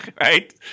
right